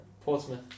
Portsmouth